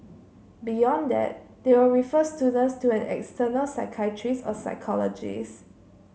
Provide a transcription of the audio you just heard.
beyond that they will refer students to an external psychiatrist or psychologist